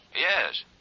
Yes